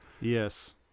Yes